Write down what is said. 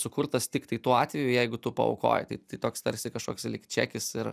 sukurtas tiktai tuo atveju jeigu tu paaukoji tai toks tarsi kažkoks lyg čekis ir